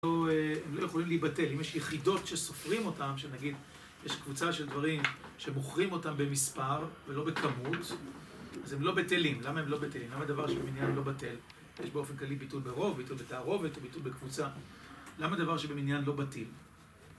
הם לא יכולים להיבטל, אם יש יחידות שסופרים אותם, שנגיד יש קבוצה של דברים שבוחרים אותם במספר ולא בכמות, אז הם לא בטלים, למה הם לא בטלים? למה דבר שבמניין לא בטל? יש באופן כללי ביטול ברוב, ביטול בתערובת או ביטול בקבוצה. למה דבר שבמניין לא בטיל?